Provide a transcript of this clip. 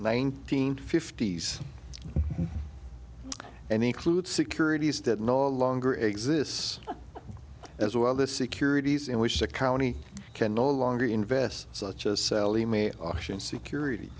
nineteenth fifty's and include securities that no longer exists as well the securities in which the county can no longer invest such as sallie mae auction security